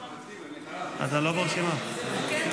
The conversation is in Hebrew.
אני ברשימה.